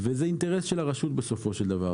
וזה אינטרס של הרשות המקומית בסופו של דבר.